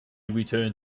returned